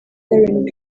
darren